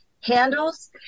handles